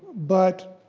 but